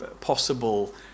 possible